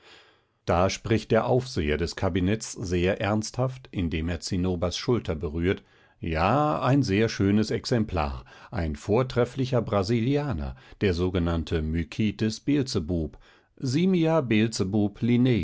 da spricht der aufseher des kabinetts sehr ernsthaft indem er zinnobers schulter berührt ja ein sehr schönes exemplar ein vortrefflicher brasilianer der sogenannte mycetes beelzebub simia beelzebub